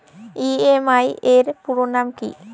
EMI এর পুরোনাম কী?